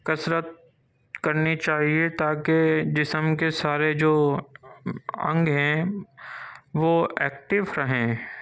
کثرت کرنی چاہیے تاکہ جسم کے سارے جو انگ ہیں وہ ایکٹو رہیں